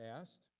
asked